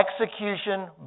execution